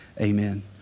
amen